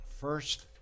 First